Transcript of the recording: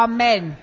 Amen